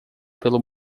pelo